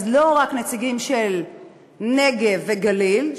אז לא יהיו רק נציגים של הנגב והגליל,